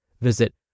Visit